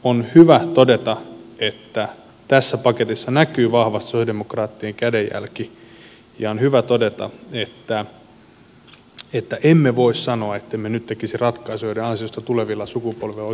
on hyvä todeta että tässä paketissa näkyy vahvasti sosialidemokraattien kädenjälki ja on hyvä todeta että emme voi sanoa ettemme nyt tekisi ratkaisuja joiden ansiosta tulevilla sukupolvilla olisi vähän helpompaa